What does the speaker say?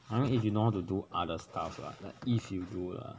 I mean if you know how to do other stuff lah like if you do lah